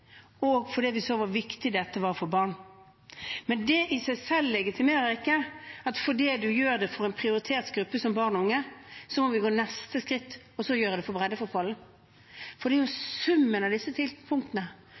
og fordi vi så hvor viktig dette var for barn. Men det i seg selv legitimerer ikke at vi, fordi vi gjør det for en prioritert gruppe som barn og unge, må gå neste skritt og også gjøre det for breddefotballen. For det er jo summen av disse punktene,